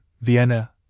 Vienna